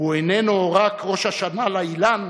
והוא איננו רק ראש השנה לאילן,